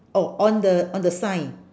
oh on the on the sign